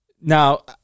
Now